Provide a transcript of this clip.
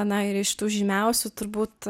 na ir iš šitų žymiausių turbūt